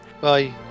Bye